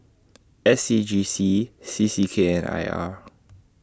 S C G C C C K and I R